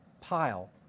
pile